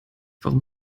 warum